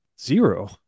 zero